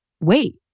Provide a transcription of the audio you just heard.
Wait